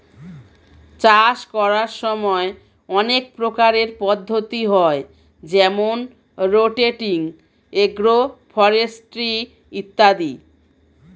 চাষ করার সময় অনেক প্রকারের পদ্ধতি হয় যেমন রোটেটিং, এগ্রো ফরেস্ট্রি ইত্যাদি